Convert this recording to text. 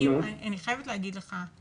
אני חייבת להגיד לך,